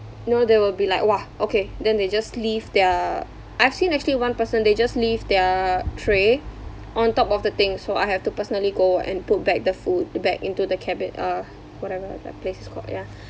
you know they will be like !wah! okay then they just leave their I've seen actually one person they just leave their tray on top of the thing so I have to personally go and put back the food back into the cabin uh whatever that place is called yeah